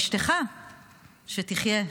אשתך שתחיה,